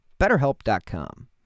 BetterHelp.com